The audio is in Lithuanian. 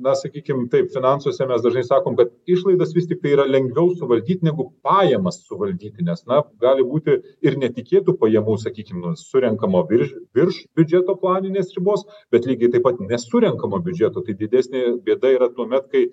na sakykim taip finansuose mes dažnai sakom kad išlaidas vis tiktai yra lengviau suvaldyt negu pajamas suvaldyti nes na gali būti ir netikėtų pajamų sakykim nu surenkamo virš virš biudžeto planinės ribos bet lygiai taip pat nesurenkamo biudžeto tai didesnė bėda yra tuomet kai